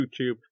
YouTube